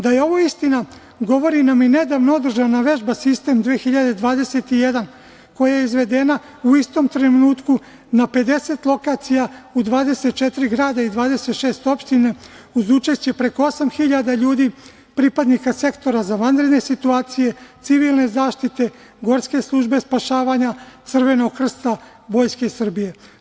Da je ovo istina govori nam i nedavno održana vežba „Sistem 2021“ koja je izvedena u istom trenutku na 50 lokacija u 24 grada i 26 opština, uz učešće preko osam hiljada ljudi pripadnika Sektora za vanredne situacije, Civilne zaštite, Gorske službe spašavanja, Crvenog krsta, Vojske Srbije.